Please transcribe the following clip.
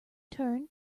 turn